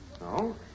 No